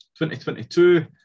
2022